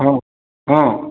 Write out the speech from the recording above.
ହଁ ହଁ